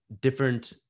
different